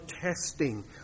testing